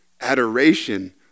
adoration